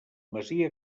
masia